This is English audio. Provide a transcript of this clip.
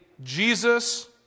Jesus